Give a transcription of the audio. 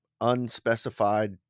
unspecified